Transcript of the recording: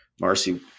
Marcy